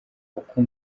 uko